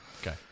okay